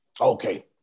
Okay